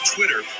Twitter